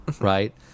right